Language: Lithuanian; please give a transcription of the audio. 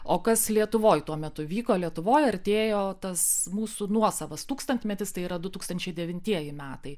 o kas lietuvoj tuo metu vyko lietuvoj artėjo tas mūsų nuosavas tūkstantmetis tai yra du tūkstančiai devintieji metai